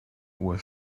uhr